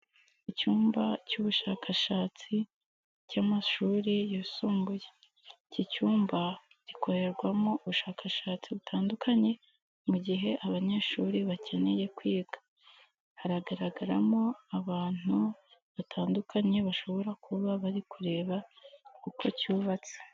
Icyumba cy'ubushakashatsi, cy'amashuri yisumbuye. Iki cyumba gikorerwamo ubushakashatsi butandukanye, mu gihe abanyeshuri bakeneye kwiga. Haragaragaramo abantu batandukanye bashobora kuba bari kureba uko cyubatse.